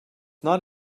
not